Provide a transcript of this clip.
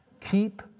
Keep